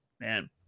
man